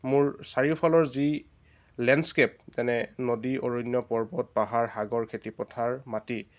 মোৰ চাৰিওফালৰ যি লেণ্ডস্কেপ যেনে নদী অৰণ্য পৰ্বত পাহাৰ সাগৰ খেতিপথাৰ মাটি